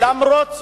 למרות זאת,